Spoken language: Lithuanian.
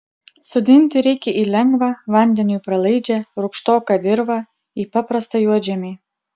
sodinti reikia į lengvą vandeniui pralaidžią rūgštoką dirvą į paprastą juodžemį